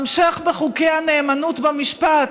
המשך בחוקי הנאמנות במשפט,